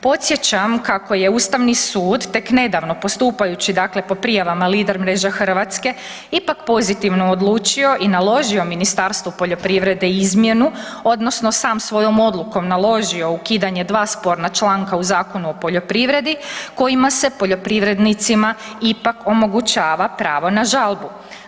Podsjećam kako je Ustavni sud, tek nedavno, postupajući dakle po prijavama Lider mreža Hrvatske ipak pozitivno odlučio i naložio Ministarstvu poljoprivrede izmjenu, odnosno sam svojom odlukom naložio ukidanje dva sporna članka u Zakonu o poljoprivredi kojima se poljoprivrednicima ipak omogućava pravo na žalbu.